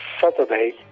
Saturday